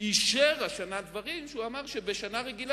אישר השנה דברים שהוא אמר שבשנה רגילה,